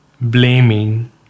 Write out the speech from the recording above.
Blaming